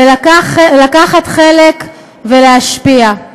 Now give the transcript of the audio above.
ולקחת חלק, ולהשפיע.